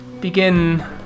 Begin